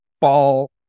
ball